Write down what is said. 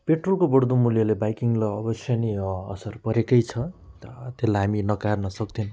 पेट्रोलको बढ्दो मूल्यले बाइकिङलाई अवश्य नै असर परेकै छ र त्यसलाई हामी नकार्न सक्दैनौँ